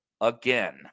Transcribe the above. again